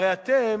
הרי אתם,